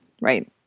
right